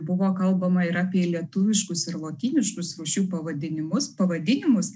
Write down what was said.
buvo kalbama ir apie lietuviškus ir lotyniškus rūšių pavadinimus pavadinimus